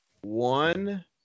one